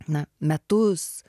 na metus